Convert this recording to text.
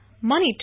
Money